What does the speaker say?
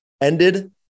ended